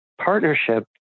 partnership